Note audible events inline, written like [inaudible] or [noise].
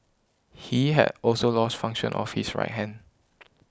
he had also lost function of his right hand [noise]